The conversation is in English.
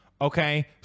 Okay